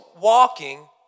walking